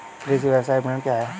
कृषि व्यवसाय विपणन क्या है?